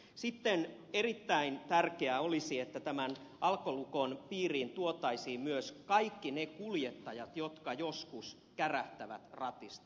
sitten erittäin tärkeää olisi että alkolukon piiriin tuotaisiin myös kaikki ne kuljettajat jotka joskus kärähtävät ratista